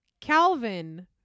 Calvin